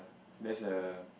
there's a